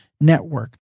network